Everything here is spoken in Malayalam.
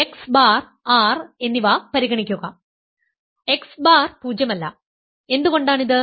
x ബാർ R എന്നിവ പരിഗണിക്കുക x ബാർ പൂജ്യമല്ല എന്തുകൊണ്ടാണിത്